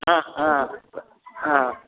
ହଁ ହଁ ହଁ